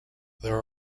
there